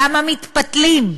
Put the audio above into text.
למה מתפתלים?